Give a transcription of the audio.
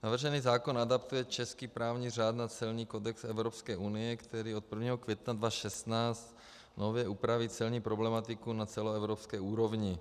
Navržený zákon adaptuje český právní řád na celní kodex Evropské unie, který od 1. května 2016 nově upraví celní problematiku na celoevropské úrovni.